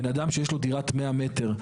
בן אדם שיש לו דירת 100 מ"ר,